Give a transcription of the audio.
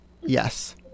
Yes